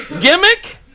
gimmick